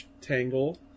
tangle